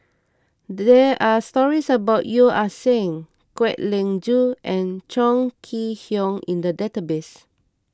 there are stories about Yeo Ah Seng Kwek Leng Joo and Chong Kee Hiong in the database